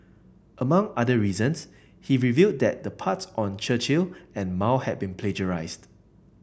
among other reasons he revealed that the parts on Churchill and Mao had been plagiarised